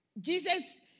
Jesus